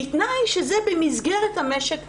בתנאי שזה במסגרת המשק היחיד.